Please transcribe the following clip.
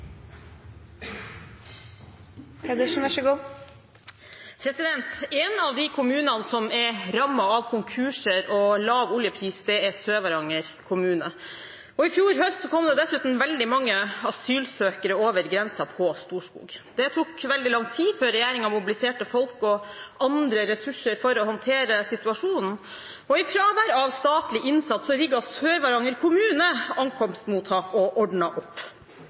av konkurser og lav oljepris, er Sør-Varanger kommune. I fjor høst kom det dessuten veldig mange asylsøkere over grensen på Storskog. Det tok veldig lang tid før regjeringen mobiliserte folk og andre ressurser for å håndtere situasjonen, og i fravær av statlig innsats rigget Sør-Varanger kommune ankomstmottak og ordnet opp.